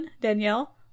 Danielle